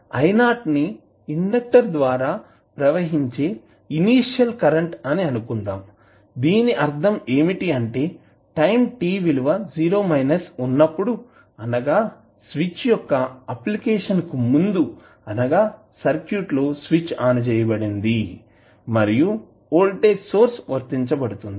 ని ఇండెక్టర్ ద్వారా ప్రవహించే ఇనీషియల్ కరెంట్ అని అనుకుందాం దీని అర్ధం ఏమిటి అంటే టైం t విలువ వున్నప్పుడు అనగా స్విచ్ యొక్క అప్లికేషన్ కు ముందు అనగా సర్క్యూట్ లో స్విచ్ ఆన్ చేయబడింది మరియు వోల్టేజ్ సోర్స్ వర్తించబడుతుంది